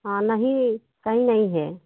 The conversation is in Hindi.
हाँ नहीं कहीं नहीं है